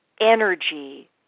energy